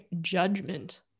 judgment